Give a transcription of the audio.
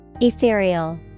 Ethereal